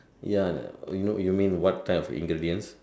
ya you know you mean what type of ingredients